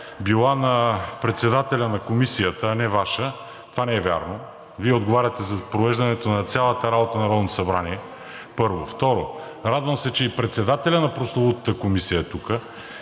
била на председателя на Комисията, а не Ваша. Това не е вярно. Вие отговаряте за провеждането на цялата работа на Народното събрание, първо. Второ, радвам се, че и председателят на прословутата Комисия е тук